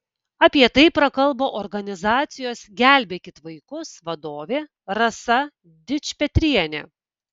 apie tai prakalbo organizacijos gelbėkit vaikus vadovė rasa dičpetrienė